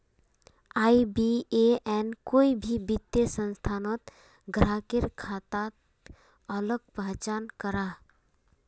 IBAN कोई भी वित्तिय संस्थानोत ग्राह्केर खाताक अलग पहचान कराहा